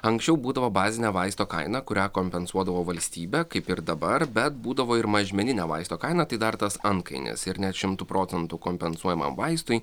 anksčiau būdavo bazinė vaisto kaina kurią kompensuodavo valstybė kaip ir dabar bet būdavo ir mažmeninė vaisto kaina tai dar tas antkainis ir net šimtu procentų kompensuojamam vaistui